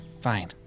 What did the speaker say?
fine